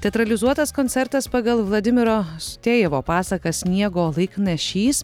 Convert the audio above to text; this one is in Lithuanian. teatralizuotas koncertas pagal vladimiro sutėjevo pasaką sniego laiknašys